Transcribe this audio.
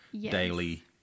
daily